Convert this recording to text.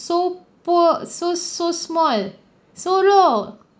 so poor so so small so low